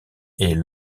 est